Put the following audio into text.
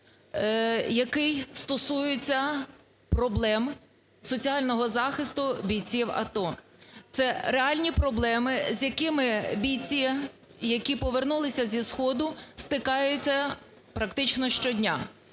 який стосується проблем соціального захисту бійців АТО. Це реальні проблеми, з якими бійці, які повернулися зі сходу, стикаються практично щодня.